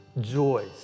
joys